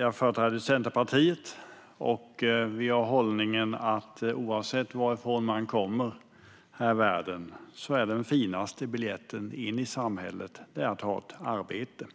Jag företräder Centerpartiet, och vi har hållningen att den finaste biljetten in i samhället, oavsett varifrån man kommer här i världen, är att ha ett arbete.